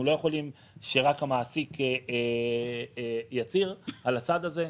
לא יכולים שרק המעסיק יצהיר על הצעד הזה.